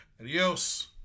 Adios